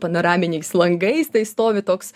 panoraminiais langais tai stovi toks